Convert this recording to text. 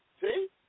See